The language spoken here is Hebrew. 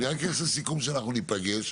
אני רק אעשה סיכום שאנחנו ניפגש,